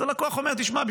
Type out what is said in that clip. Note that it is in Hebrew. אז הלקוח אומר: תשמע,